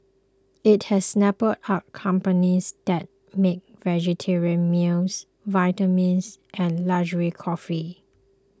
it has snapped up companies that make vegetarian meals vitamins and luxury coffee